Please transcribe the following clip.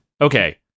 okay